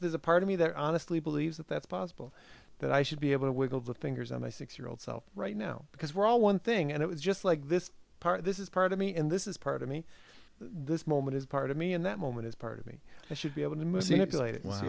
there's a part of me that honestly believes that that's possible that i should be able to wiggle the fingers on my six year old self right now because we're all one thing and it was just like this part of this is part of me and this is part of me this moment is part of me and that moment is part of me i should be able to